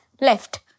left